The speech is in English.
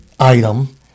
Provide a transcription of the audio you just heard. item